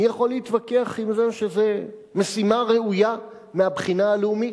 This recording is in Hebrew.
מי יכול להתווכח עם זה שזוהי משימה ראויה מהבחינה הלאומית?